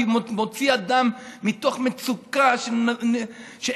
כי הוא מוציא אדם מתוך מצוקה אין-סופית.